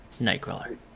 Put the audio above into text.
Nightcrawler